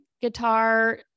guitar